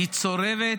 היא צורבת,